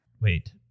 Wait